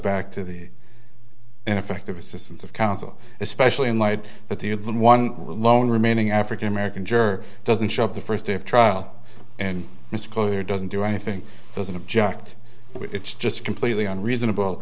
back to the ineffective assistance of counsel especially in light of the one lone remaining african american juror doesn't show up the first day of trial and it's clear doesn't do anything doesn't object it's just completely unreasonable